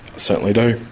certainly do.